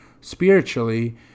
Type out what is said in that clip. spiritually